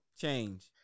Change